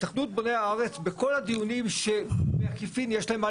התאחדות בוני הארץ בכל הדיונים שבעקיפין יש להם מה